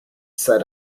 said